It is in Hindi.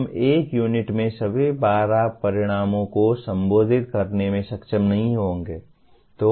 हम एक यूनिट में सभी 12 परिणामों को संबोधित करने में सक्षम नहीं होंगे